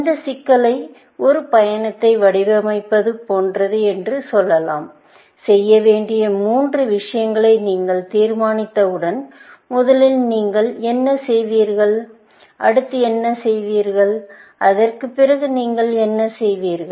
இந்த சிக்கலை ஒரு பயணத்தை வடிவமைப்பது போன்றது என்று சொல்லலாம் செய்யவேண்டிய மூன்று விஷயங்களை நீங்கள் தீர்மானித்தவுடன் முதலில் நீங்கள் என்ன செய்வீர்கள் அடுத்து என்ன செய்வீர்கள் அதற்குப் பிறகு நீங்கள் என்ன செய்வீர்கள்